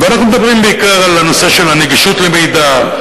ואנחנו מדברים בעיקר על הנושא של הנגישות למידע,